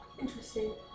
Interesting